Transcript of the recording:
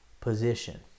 position